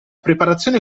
preparazione